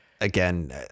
again